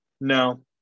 no